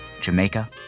Jamaica